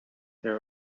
there